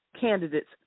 candidates